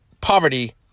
poverty